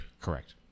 Correct